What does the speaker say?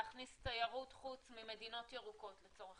להכניס תיירות חוץ ממדינות ירוקות לצורך